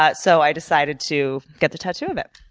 but so i decided to get the tattoo of it.